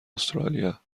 استرالیا